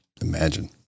Imagine